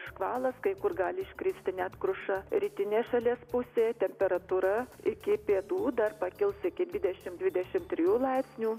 škvalas kai kur gali iškristi net kruša rytinėj šalies pusėj temperatūra iki pietų dar pakils iki dvidešim dvidešim trijų laipsnių